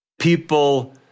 People